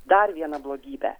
dar vieną blogybę